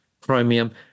chromium